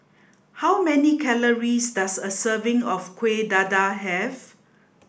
how many calories does a serving of kueh dadar have